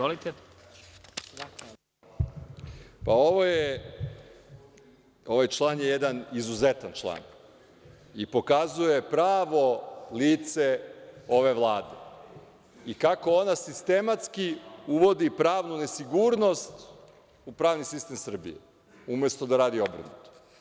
Ovaj član je jedan izuzetan član i pokazuje pravo lice ove Vlade, i kako ona sistematski uvodi pravnu nesigurnost u pravni sistem Srbije, umesto da radi obrnuto.